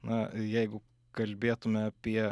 na jeigu kalbėtume apie